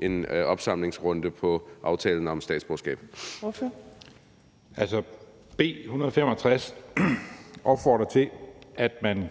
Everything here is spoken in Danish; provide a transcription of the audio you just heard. Mads Fuglede (V): Altså, B 165 opfordrer til, at man